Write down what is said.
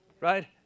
Right